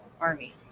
army